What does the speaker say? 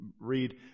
read